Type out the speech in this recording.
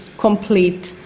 complete